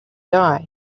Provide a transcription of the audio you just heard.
die